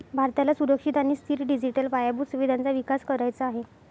भारताला सुरक्षित आणि स्थिर डिजिटल पायाभूत सुविधांचा विकास करायचा आहे